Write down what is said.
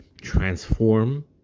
transform